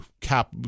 cap